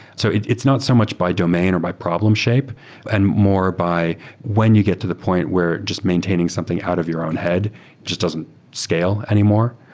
so it's not so much by domain or by problem shape and more by when you get to the point where just maintaining something out of your own head just doesn't scale anymore.